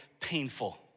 painful